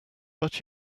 but